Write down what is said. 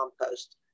compost